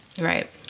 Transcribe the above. right